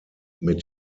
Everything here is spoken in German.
mit